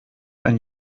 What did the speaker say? ein